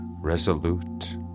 resolute